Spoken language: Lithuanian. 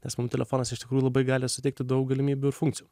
nes mum telefonas iš tikrųjų labai gali suteikti daug galimybių ir funkcijų